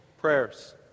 prayers